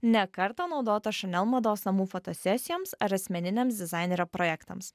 ne kartą naudota chanel mados namų fotosesijoms ar asmeniniams dizainerio projektams